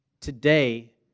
today